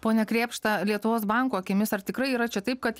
pone krėpšta lietuvos banko akimis ar tikrai yra čia taip kad